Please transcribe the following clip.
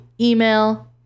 email